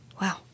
Wow